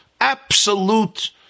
absolute